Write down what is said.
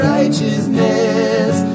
Righteousness